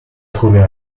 trouvait